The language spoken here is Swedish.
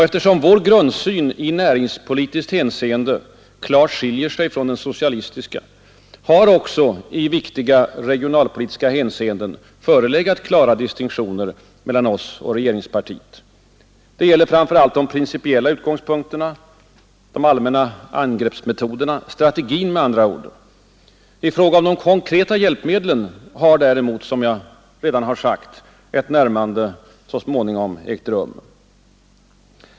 Eftersom vår grundsyn i näringspolitiskt hänseende klart skiljer sig från den socialistiska, har också i viktiga regionalpolitiska hänseenden förelegat klara distinktioner mellan oss och regeringspartiet. Det gäller framför allt de principiella utgångspunkterna, de allmänna angreppsmetoderna, strategin med andra ord. I fråga om de konkreta hjälpmedlen har däremot — som jag redan sagt — ett närmande så småningom ägt rum.